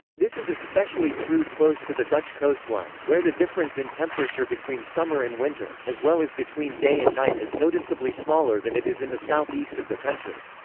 this is especially true close to the dutch coastline, where the difference in temperature between summer and winter, as well as between day and night is noticeably smaller than it is in the southeast of the country.